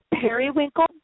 periwinkle